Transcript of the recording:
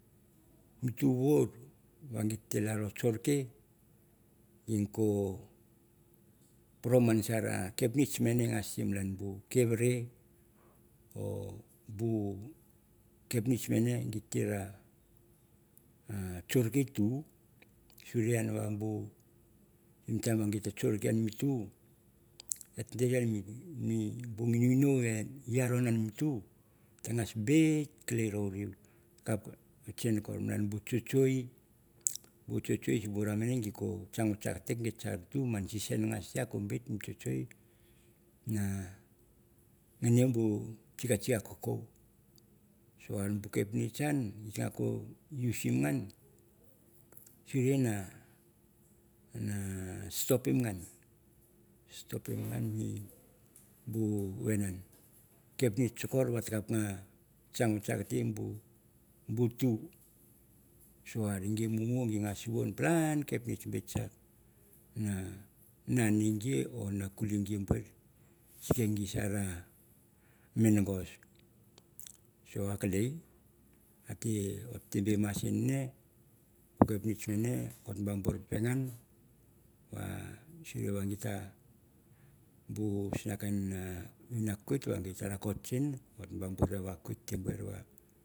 Mi tu wuor va gita ve laro kuoke oniko poro bu kapnitch mave masan bu kav rei or bu kapnitch mane dive kgoke itu, surei mi time git te ve kuoke mi tu et dere bo ngengo di yaron mi tu ta ngas bit kelei rowren kup bu kin kor malan bu kukeiw, sim bora mane ge mas kang vakatei, en bu ke ge siar tur man season a ngas bit mi kukeiw, ene bu kik akokow, en bu kapnitch en git ko usim vosen wa stopim ngan, stopim ngan mi kapnitch kakor ge ta ve kang vatkuch tei bu tu- so ra be mumu gi nguas suwong pian kapnitch be kuck na naneh ge or kuleigi buar se ai sar mongos, so a kelei ot te be mas ine bu kapnitch mane or te be pengan surei bu sana vakeiut.